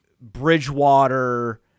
Bridgewater